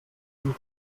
von